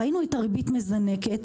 ראינו את הריבית מזנקת.